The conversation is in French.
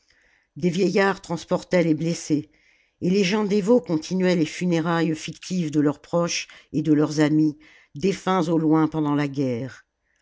des vieillards transportaient les blessés et les gens dévots continuaient les funérailles fictives de leurs proches et de leurs amis défunts au loin pendant la oruerre